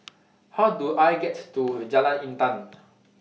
How Do I get to Jalan Intan